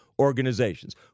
organizations